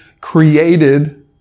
created